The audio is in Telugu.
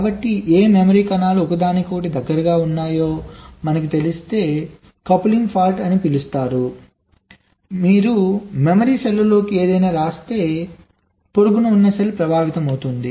కాబట్టి ఏ మెమరీ కణాలు ఒకదానికొకటి దగ్గరగా ఉన్నాయో మనకు తెలిస్తే కలపడం లోపం అని పిలుస్తారు మీరు మెమరీ సెల్ లోకి ఏదైనా వ్రాస్తే పొరుగు సెల్ ప్రభావితమవుతుంది